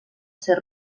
ser